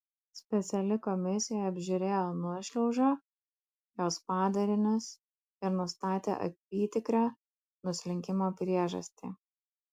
speciali komisija apžiūrėjo nuošliaužą jos padarinius ir nustatė apytikrę nuslinkimo priežastį